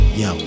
yo